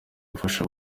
gufasha